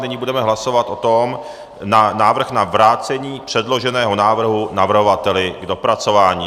Nyní budeme hlasovat o návrhu na vrácení předloženého návrhu navrhovateli k dopracování.